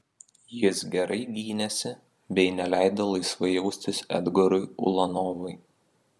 jis gerai gynėsi bei neleido laisvai jaustis edgarui ulanovui